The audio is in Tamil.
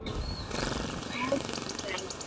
ம் ஓகே தேங்க் யூ